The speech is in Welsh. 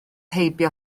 heibio